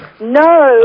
No